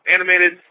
Animated